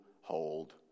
hold